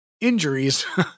injuries